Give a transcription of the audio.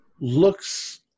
looks